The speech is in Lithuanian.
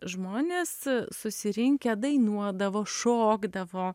žmonės susirinkę dainuodavo šokdavo